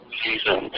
season